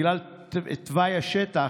בגלל תוואי השטח,